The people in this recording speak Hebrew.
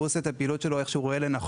הוא עושה את הפעילות שלו איך שהוא רואה לנכון,